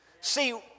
See